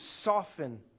soften